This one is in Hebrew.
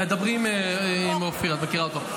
דברי עם אופיר, את מכירה אותו.